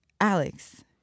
Alex